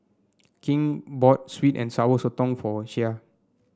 King bought sweet and Sour Sotong for Shea